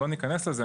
לא ניכנס לזה.